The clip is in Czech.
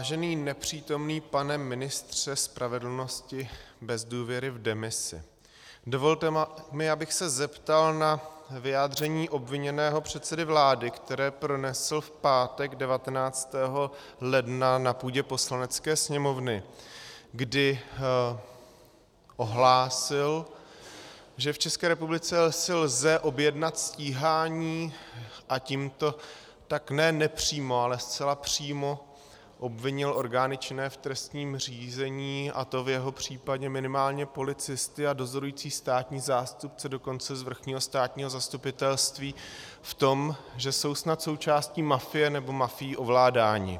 Vážený nepřítomný pane ministře spravedlnosti bez důvěry v demisi, dovolte mi, abych se zeptal na vyjádření obviněného předsedy vlády, které pronesl v pátek 19. ledna na půdě Poslanecké sněmovny, kdy ohlásil, že v České republice si lze objednat stíhání, a tímto tak ne nepřímo, ale zcela přímo obvinil orgány činné v trestním řízení, a to v jeho případě minimálně policisty a dozorující státní zástupce dokonce z vrchního státního zastupitelství v tom, že jsou snad součástí mafie nebo mafií ovládáni.